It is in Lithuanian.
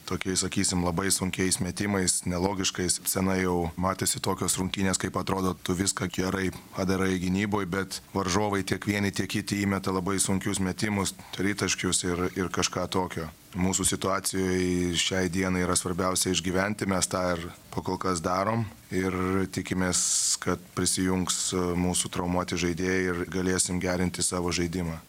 tokiais sakysim labai sunkiais metimais nelogiškais senai jau matėsi tokios rungtynės kaip atrodo tu viską gerai padarai gynyboj bet varžovai tiek vieni tiek kiti įmeta labai sunkius metimus tritaškius ir ir kažką tokio mūsų situacijoj šiai dienai yra svarbiausia išgyventi mes tą ir pakol kas darom ir tikimės kad prisijungs mūsų traumuoti žaidėjai ir galėsim gerinti savo žaidimą